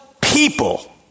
people